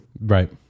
Right